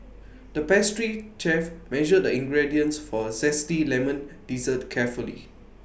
the pastry chef measured the ingredients for A Zesty Lemon Dessert carefully